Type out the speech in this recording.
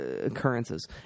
occurrences